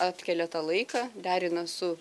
atkelia tą laiką derina su